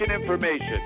information